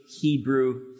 Hebrew